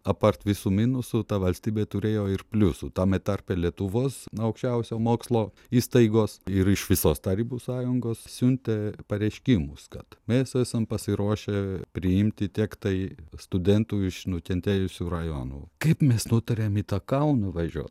apart visų minusų ta valstybė turėjo ir pliusų tame tarpe lietuvos aukščiausio mokslo įstaigos ir iš visos tarybų sąjungos siuntė pareiškimus kad mes esam pasiruošę priimti tiek tai studentų iš nukentėjusių rajonų kaip mes nutarėm į tą kauną važiuot